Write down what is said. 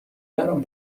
برام